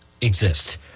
exist